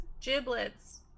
giblets